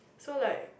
so like